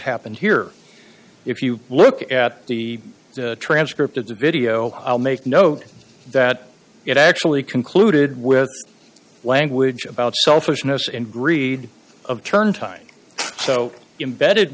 happened here if you look at the transcript of the video i'll make note that it actually concluded with language about selfishness and greed of turn time so embedded